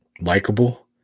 likable